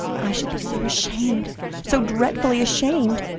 i should be so ashamed so dreadfully ashamed.